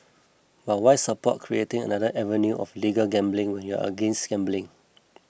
but why support creating another avenue of legal gambling when you're against gambling